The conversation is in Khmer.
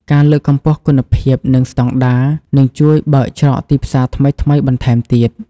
ការលើកកម្ពស់គុណភាពនិងស្តង់ដារនឹងជួយបើកច្រកទីផ្សារថ្មីៗបន្ថែមទៀត។